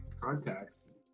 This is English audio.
contacts